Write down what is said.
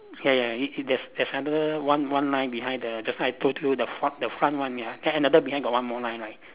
ya ya ya there's there's another one one line behind the just now I told you the front the front one ya then behind got one more line right